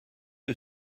que